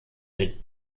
mit